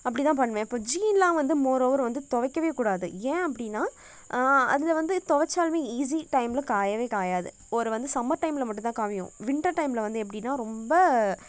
அப்படி தான் பண்ணுவேன் இப்போ ஜீன்லாம் வந்து மோரோவர் வந்து துவைக்கவே கூடாது ஏன் அப்படின்னா அதில் வந்து துவைச்சாலுமே ஈஸி டைமில் காயவே காயாது ஒரு வந்து சம்மர் டைமில் மட்டுந்தான் காமியும் வின்டர் டைமில் வந்து எப்படின்னா ரொம்ப